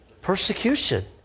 Persecution